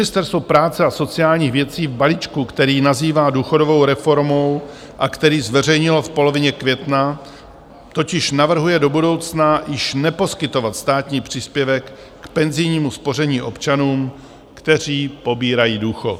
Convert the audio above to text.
Ministerstvo práce a sociálních věcí v balíčku, který nazývá důchodovou reformou a který zveřejnilo v polovině května, totiž navrhuje do budoucna již neposkytovat státní příspěvek k penzijnímu spoření občanům, kteří pobírají důchod.